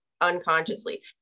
unconsciously